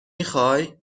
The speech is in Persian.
میخوای